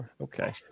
Okay